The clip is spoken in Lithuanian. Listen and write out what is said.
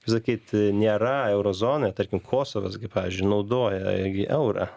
kaip sakyt nėra euro zonoj tarkim kosovas gi pavyzdžiui naudoja eurą